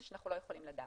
זה שאנחנו לא יכולים לדעת.